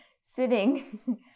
sitting